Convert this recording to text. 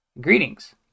Greetings